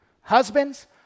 Husbands